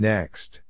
Next